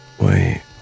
wait